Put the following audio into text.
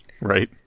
right